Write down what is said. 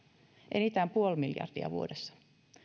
enintään puoli miljardia vuodessa